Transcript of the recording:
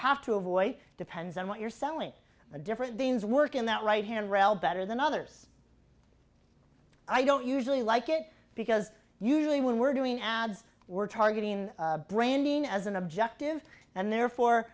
have to avoid it depends on what you're selling are different things work in that right hand rail better than others i don't usually like it because usually when we're doing ads we're targeting branding as an objective and therefore